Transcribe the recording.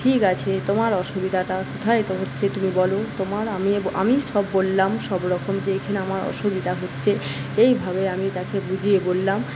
ঠিক আছে তোমার অসুবিধাটা কোথায় হচ্ছে তুমি বলো তোমার আমি আমিই সব বললাম সবরকম যে এইখানে আমার অসুবিধা হচ্ছে এইভাবে আমি তাকে বুঝিয়ে বললাম